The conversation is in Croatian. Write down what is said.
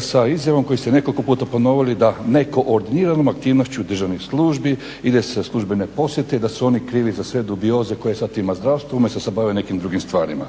sa izjavom koju ste nekoliko puta ponovili da nekoordiniranom aktivnošću državnih službi ide se u službene posjete i da su oni krivi za sve dubioze koje sad ima zdravstvo umjesto da se bave nekim drugim stvarima,